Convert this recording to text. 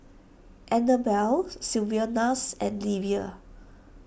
Anabel Sylvanus and Livia